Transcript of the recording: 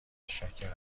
متشکرم